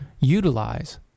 utilize